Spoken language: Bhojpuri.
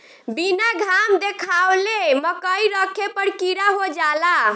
बीना घाम देखावले मकई रखे पर कीड़ा हो जाला